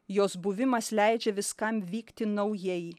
jos buvimas leidžia viskam vykti naujai